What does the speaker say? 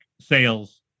sales